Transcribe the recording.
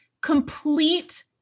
complete